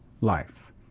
life